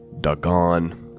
Dagon